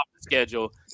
schedule